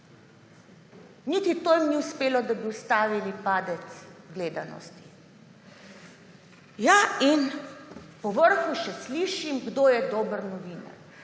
Niti to jim ni uspelo, da bi ustavili padec gledanosti. In po vrhu še slišim, kdo je dober novinar.